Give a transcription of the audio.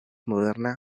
moderna